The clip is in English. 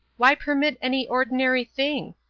why permit any ordinary thing?